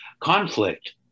conflict